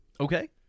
Okay